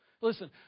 Listen